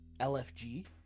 LFG